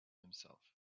himself